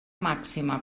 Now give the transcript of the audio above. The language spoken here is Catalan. màxima